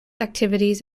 activities